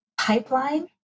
pipeline